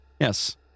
Yes